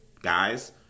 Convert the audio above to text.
guys—